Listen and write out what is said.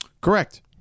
Correct